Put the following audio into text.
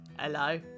Hello